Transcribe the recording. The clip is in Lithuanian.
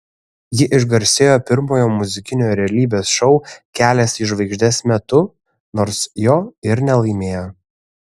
ji išgarsėjo pirmojo muzikinio realybės šou kelias į žvaigždes metu nors jo ir nelaimėjo